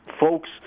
folks